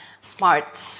smart